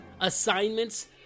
assignments